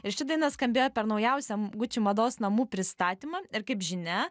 ir ši daina skambėjo per naujausią gucci mados namų pristatymą ir kaip žinia